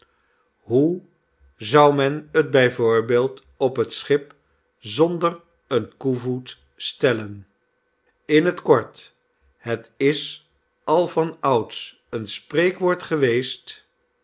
hoe zou men t b v op t schip zonder een koevoet stellen in t kort het is al van ouds een spreekwoord geweest